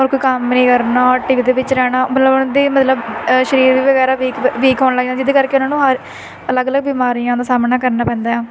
ਹੋਰ ਕੋਈ ਕੰਮ ਨੀ ਕਰਨਾ ਟੀਵੀ ਦੇ ਵਿੱਚ ਰਹਿਣਾ ਮਤਲਬ ਉਹਨਾਂ ਦੇ ਮਤਲਬ ਸਰੀਰ ਵਗੈਰਾ ਵੀਕ ਵੀਕ ਹੋਣ ਲੱਗ ਜਿਹਦੇ ਕਰਕੇ ਉਹਨਾਂ ਨੂੰ ਹਰ ਅਲੱਗ ਅਲਗ ਬਿਮਾਰੀਆਂ ਦਾ ਸਾਹਮਣਾ ਕਰਨਾ ਪੈਂਦਾ ਹੈ